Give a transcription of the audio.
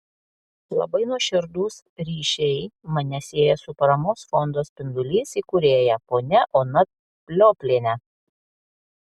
labai nuoširdūs ryšiai mane sieja su paramos fondo spindulys įkūrėja ponia ona pliopliene